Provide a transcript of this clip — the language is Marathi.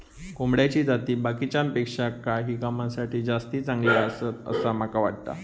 कोंबड्याची जाती बाकीच्यांपेक्षा काही कामांसाठी जास्ती चांगले आसत, असा माका वाटता